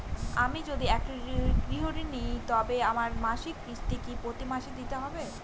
আমি যদি একটি গৃহঋণ নিই তবে আমার মাসিক কিস্তি কি প্রতি মাসে দিতে হবে?